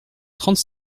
trente